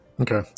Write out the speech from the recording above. Okay